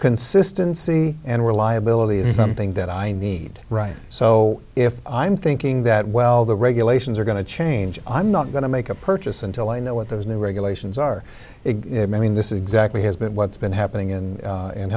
consistency and reliability is something that i need right so if i'm thinking that well the regulations are going to change i'm not going to make a purchase until i know what those new regulations are it may mean this exactly has been what's been happening in